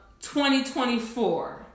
2024